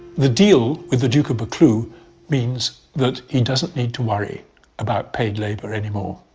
the deal with the duke of buccleuch means that he doesn't need to worry about paid labor anymore.